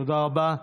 תודה רבה.